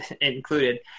included